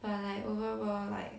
but like overall like